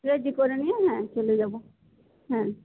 ready করে নিয়ে হ্যাঁ চলে যাব হ্যাঁ